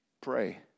Pray